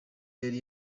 yari